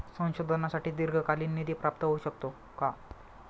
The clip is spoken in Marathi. संशोधनासाठी दीर्घकालीन निधी प्राप्त होऊ शकतो का?